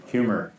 Humor